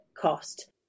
cost